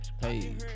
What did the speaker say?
hey